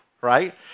right